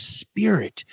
spirit